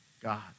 God